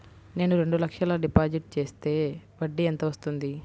నేను రెండు లక్షల డిపాజిట్ చేస్తే వడ్డీ ఎంత వస్తుంది?